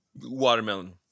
watermelon